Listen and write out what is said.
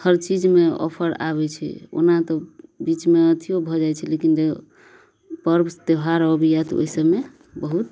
हर चीजमे ऑफर आबै छै ओना तऽ बीचमे अथियो भऽ जाइ छै लेकिन जे पर्व त्योहार अबैया तऽ ओहि सभमे बहुत